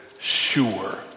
Sure